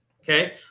Okay